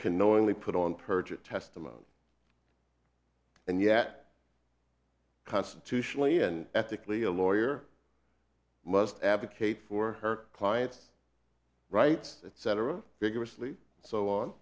can knowingly put on perjured testimony and yet constitutionally and ethically a lawyer must advocate for her client's rights etc vigorously so on